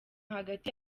hagati